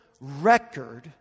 record